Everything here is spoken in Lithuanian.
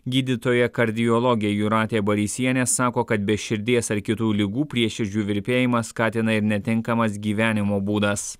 gydytoja kardiologė jūratė barysienė sako kad be širdies ar kitų ligų prieširdžių virpėjimą skatina ir netinkamas gyvenimo būdas